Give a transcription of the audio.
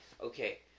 okay